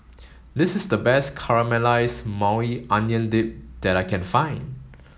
this is the best Caramelized Maui Onion Dip that I can find